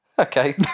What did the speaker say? Okay